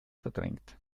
verdrängt